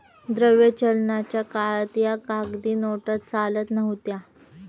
द्रव्य चलनाच्या काळात या कागदी नोटा चालत नव्हत्या